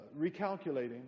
Recalculating